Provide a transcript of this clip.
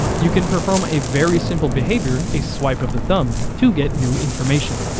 you can perform a very simple behavior a swipe of the thumb, to get new information.